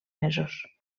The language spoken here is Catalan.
mesos